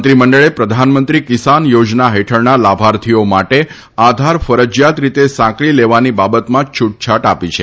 મંત્રીમંડળે પ્રધાનમંત્રી કિસાન યોજના હેઠળના લાભાર્થીઓ માટે આધાર ફરજીયાત રીતે સાંકળી લેવાની બાબતમાં છુટછાટ આપી છે